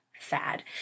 fad